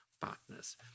partners